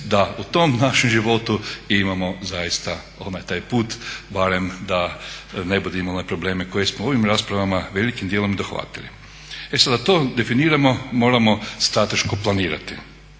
da u tom našem životu imamo zaista taj put barem da ne bude imala one probleme koje smo u ovim raspravama velikim dijelom i dohvatili. E sada, to definiramo, moramo strateško planirati.